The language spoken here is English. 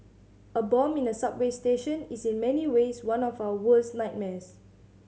a bomb in a subway station is in many ways one of our worst nightmares